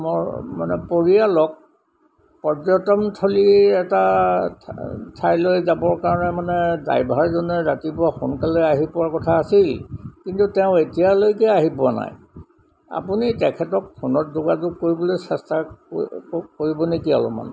মোৰ মানে পৰিয়ালক পৰ্যটনথলিৰ এটা ঠাইলৈ যাবৰ কাৰণে মানে ড্ৰাইভাৰজনে ৰাতিপুৱা সোনকালে আহি পোৱাৰ কথা আছিল কিন্তু তেওঁ এতিয়ালৈকে আহি পোৱা নাই আপুনি তেখেতক ফোনত যোগাযোগ কৰিবলৈ চেষ্টা কৰিব নেকি অলপমান